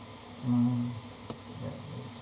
mm ya it's